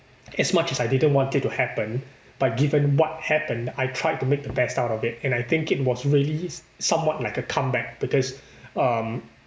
as much as I didn't want it to happen but given what happened I tried to make the best out of it and I think it was really somewhat like a comeback because um